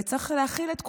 וצריך להכיל את כולם.